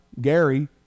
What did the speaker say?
Gary